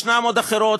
ישנן עוד אחרות,